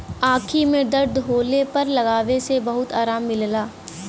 आंखी में दर्द होले पर लगावे से बहुते आराम मिलला